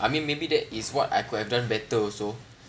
I mean maybe that is what I could have done better also